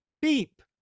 Beep